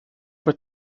fue